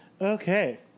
Okay